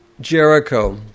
Jericho